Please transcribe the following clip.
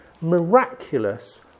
miraculous